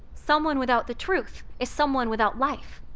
someone without the truth is someone without life.